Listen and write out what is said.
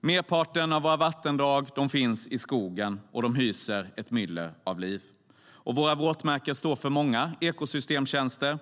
Merparten av våra vattendrag finns i skogen, och de hyser ett myller av liv. Våra våtmarker står för många ekosystemtjänster.